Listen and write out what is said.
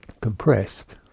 Compressed